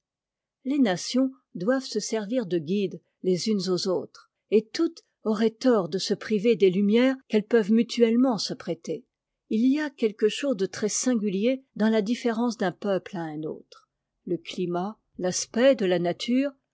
les nations doivent se servir de guide les unes aux autres et toutes auraient tort de se priver des lumières qu'elles peuvent mutuellement se prêter il y a quelque chose de très singulier dans la différence d'un peuple à un autre le climat l'aspect de la nature